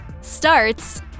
starts